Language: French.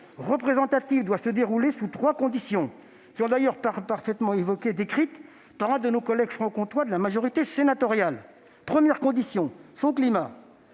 représentative doit se dérouler sous trois conditions, par ailleurs très bien décrites par l'un de nos collègues franc-comtois de la majorité sénatoriale. Première condition : le climat